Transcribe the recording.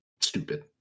stupid